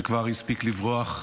שכבר הספיק לברוח,